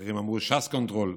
אחרים אמרו "ש"ס קונטרול"